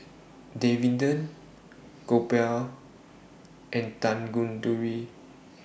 Davinder Gopal and Tanguturi